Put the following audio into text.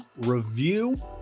review